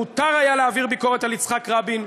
מותר היה להעביר ביקורת על יצחק רבין,